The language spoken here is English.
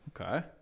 okay